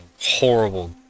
horrible